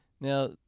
now